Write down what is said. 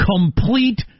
complete